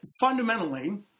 fundamentally